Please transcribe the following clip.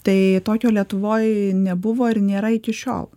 tai tokio lietuvoj nebuvo ir nėra iki šiol